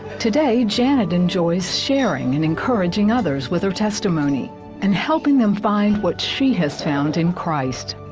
today janet enjoys sharing in encouraging others with her testimony and helping them find what she has found in christ.